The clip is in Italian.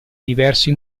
diversi